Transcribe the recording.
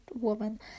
woman